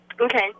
Okay